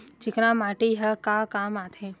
चिकना माटी ह का काम आथे?